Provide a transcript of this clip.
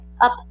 up